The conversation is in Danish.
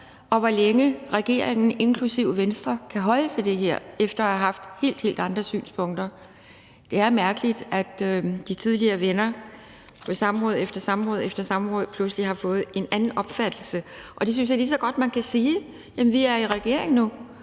og hvor længe regeringen, inklusive Venstre, kan holde til det her efter at have haft helt, helt andre synspunkter. Det er mærkeligt, at de tidligere venner på samråd efter samråd pludselig har fået en anden opfattelse. Der synes jeg lige så godt, man kan sige: Vi er i regering nu,